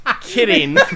Kidding